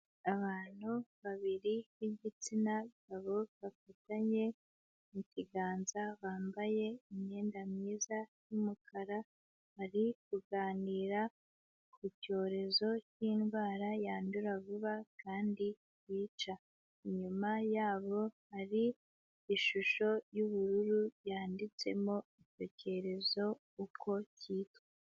Abantu babiri b'igitsina gabo bafatanye mu kiganza, bambaye imyenda myiza y'umukara, bari kuganira ku cyorezo cyindwara yandura vuba kandi yica. Inyuma yabo hari ishusho y'ubururu yanditsemo icyo cyorezo uko cyitwa.